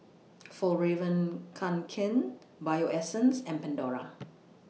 Fjallraven Kanken Bio Essence and Pandora